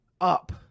up